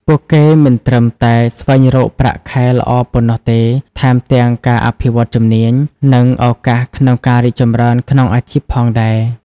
ពួកគេមិនត្រឹមតែស្វែងរកប្រាក់ខែល្អប៉ុណ្ណោះទេ ថែមទាំងការអភិវឌ្ឍន៍ជំនាញ និងឱកាសក្នុងការរីកចម្រើនក្នុងអាជីពផងដែរ។